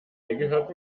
gehört